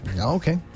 okay